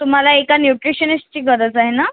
तुम्हाला एका न्यूट्रिशनिस्टची गरज आहे ना